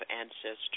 ancestors